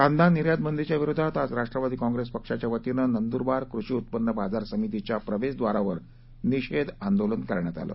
कांदा निर्यातबंदीच्या विरोधात आज राष्ट्रवादी कॉप्रेस पक्षाच्या वतीन नंदुरबार कृषी उत्पन्न बाजार समितीच्या प्रवेशद्वारावर निषेध आंदोलन करण्यात आलं